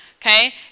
Okay